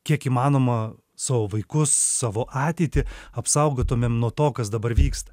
kiek įmanoma savo vaikus savo ateitį apsaugotumėm nuo to kas dabar vyksta